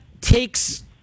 takes